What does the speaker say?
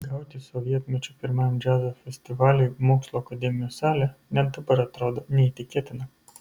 gauti sovietmečiu pirmajam džiazo festivaliui mokslų akademijos salę net dabar atrodo neįtikėtina